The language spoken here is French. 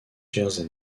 jersey